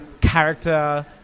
character